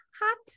hot